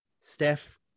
Steph